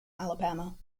alabama